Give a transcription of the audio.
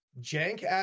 jank